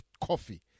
coffee